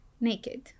naked